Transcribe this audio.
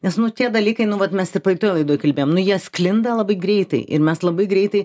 nes nu tie dalykai nu vat mes ir praeitoj laidoj kalbėjom nu jie sklinda labai greitai ir mes labai greitai